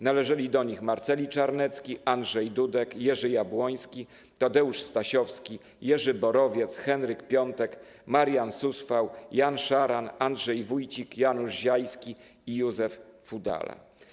Należeli do nich Marceli Czarnecki, Andrzej Dudek, Jerzy Jabłoński, Tadeusz Stasiowski, Jerzy Borowiec, Henryk Piątek, Marian Susfał, Jan Szaran, Andrzej Wójcik, Janusz Ziajski i Józef Fudala.